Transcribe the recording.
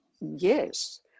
yes